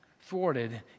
thwarted